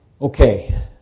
Okay